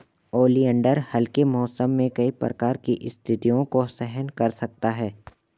oleander हल्के मौसम में कई प्रकार की स्थितियों को सहन कर सकता है